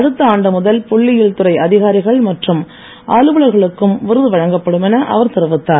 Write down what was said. அடுத்த ஆண்டு முதல் புள்ளியியல் துறை அதிகாரிகள் மற்றும் அலுவலர்களுக்கும் விருது வழங்கப்படும் என அவர் தெரிவித்தார்